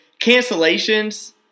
cancellations